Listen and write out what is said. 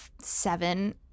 seven